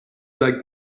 that